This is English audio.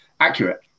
accurate